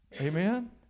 Amen